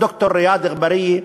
את ד"ר ריאד אגבאריה,